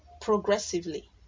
progressively